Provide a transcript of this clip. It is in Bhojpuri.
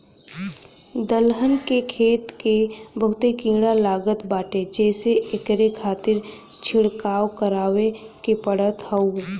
दलहन के खेत के बहुते कीड़ा लागत बाटे जेसे एकरे खातिर छिड़काव करवाए के पड़त हौ